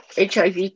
HIV